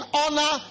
honor